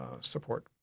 support